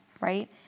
right